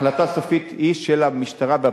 ההחלטה הסופית היא של המשטרה והפרקליטות.